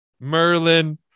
merlin